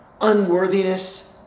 unworthiness